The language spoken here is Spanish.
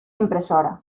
impresora